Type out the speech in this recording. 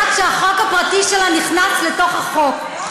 בתור אחת שהחוק הפרטי שלה נכנס לחוק.